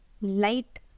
light